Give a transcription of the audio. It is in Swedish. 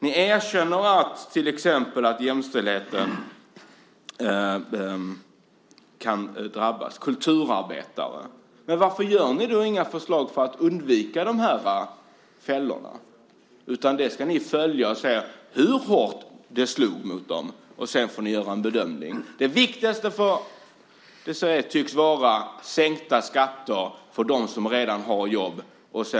Ni erkänner till exempel att jämställdheten kan drabbas, och kulturarbetare. Men varför lägger ni då inte fram några förslag för att undvika de fällorna? Ni ska följa och se hur hårt det slog mot dem, och sedan får ni göra en bedömning. Det viktigaste tycks vara sänkta skatter för dem som redan har jobb.